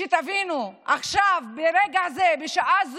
שתבינו, עכשיו, ברגע זה, בשעה זו,